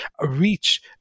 reach